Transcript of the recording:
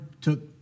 took